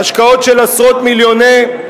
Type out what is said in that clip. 100,000 מקומות של עובדים עניים.